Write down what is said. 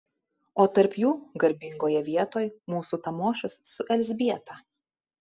o tarp jų garbingoje vietoj mūsų tamošius su elzbieta